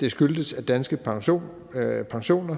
Det skyldtes, at danske pensioner,